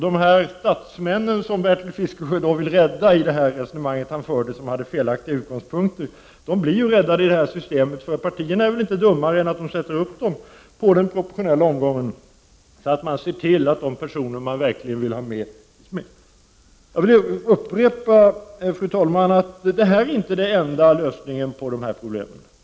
De statsmän som Bertil Fiskesjö vill rädda, i det resonemang han för från felaktiga utgångspunkter, blir räddade med detta system. Partierna är väl inte dummare än att de sätter upp de personer som de vill ha i den proportionella omgången och därmed ser till att dessa kommer med. Jag vill upprepa, fru talman, att detta inte är den enda lösningen på dessa problem.